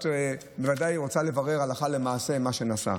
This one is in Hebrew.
את בוודאי רוצה לברר הלכה למעשה מה נעשה,